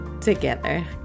together